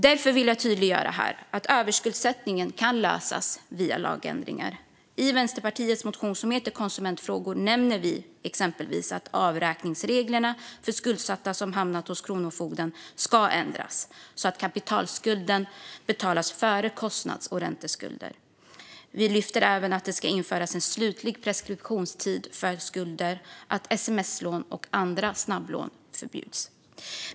Jag vill här tydliggöra att överskuldsättningen kan lösas via lagändringar. I Vänsterpartiets motion Konsumentfrågor nämner vi exempelvis att avräkningsreglerna för skuldsatta som hamnat hos Kronofogden ska ändras så att kapitalskulden betalas före kostnads och ränteskulder. Vi lyfter även fram att det ska införas en slutlig preskriptionstid för skulder och att sms-lån och andra snabblån förbjuds.